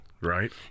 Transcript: Right